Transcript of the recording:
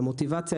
המוטיבציה,